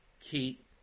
keep